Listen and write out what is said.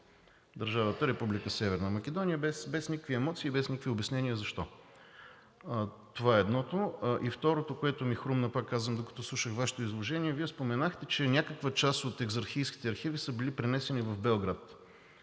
Северна Македония без никакви емоции, без никакви обяснения защо. Това е едното. Второто, което ми хрумна, пак казвам, докато слушах Вашето изложение, е: Вие споменахте, че някаква част от екзархийските архиви са били пренесени в Белград.